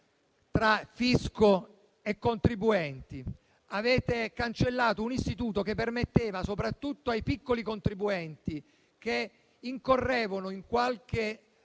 tra fisco e contribuenti: avete cancellato un istituto che permetteva, soprattutto ai piccoli contribuenti che incorrevano in qualche